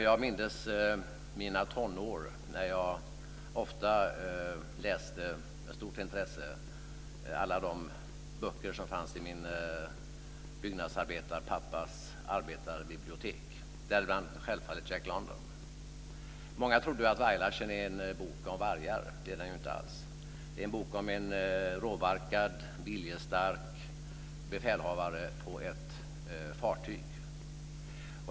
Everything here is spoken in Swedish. Jag mindes mina tonår när jag med stort intresse ofta läste alla de böcker som fanns i min byggnadsarbetande pappas arbetarbibliotek. Där fanns självfallet Jack London. Många tror att Varg-Larsen är en bok om vargar. Det är det inte alls. Det är en bok om en råbarkad, viljestark befälhavare på ett fartyg.